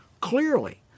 clearly